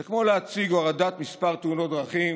זה כמו להציג הורדת מספר תאונות דרכים